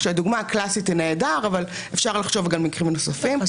כשהדוגמה הקלאסית היא נעדר אבל אפשר לחשוב גם על מקרים נוספים.